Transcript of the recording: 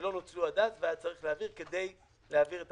שלא נוצלו עד אז והיה צריך להעביר כדי להעביר את